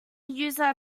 user